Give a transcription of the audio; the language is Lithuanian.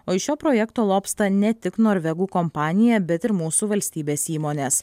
o iš šio projekto lobsta ne tik norvegų kompanija bet ir mūsų valstybės įmonės